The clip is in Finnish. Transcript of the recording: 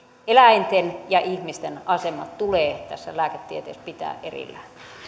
eläinten ja ihmisten asema tulee tässä lääketieteessä pitää erillään